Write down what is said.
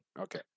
Okay